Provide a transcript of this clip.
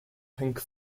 pink